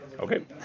Okay